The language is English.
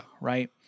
right